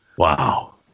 Wow